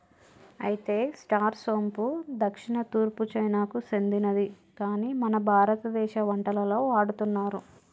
అయితే స్టార్ సోంపు దక్షిణ తూర్పు చైనాకు సెందినది కాని మన భారతదేశ వంటలలో వాడుతున్నారు